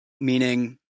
meaning